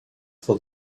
for